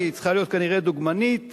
היא צריכה להיות כנראה דוגמנית,